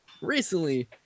recently